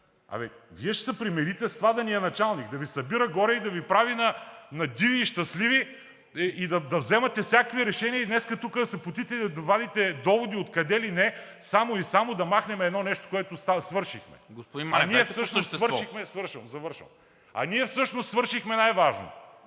бе, Вие ще се примирите с това да ни е началник?! Да Ви събира горе и да Ви прави на диви и щастливи, да вземате всякакви решения и днес тук да се потите и да вадите доводи откъде ли не, само и само да махнем едно нещо, което свършихме. ПРЕДСЕДАТЕЛ НИКОЛА МИНЧЕВ: